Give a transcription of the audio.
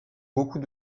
beaucoup